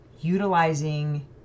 utilizing